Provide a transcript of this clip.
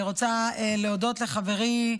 אני רוצה להודות לחברי,